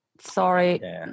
sorry